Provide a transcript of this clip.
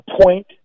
point